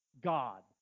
God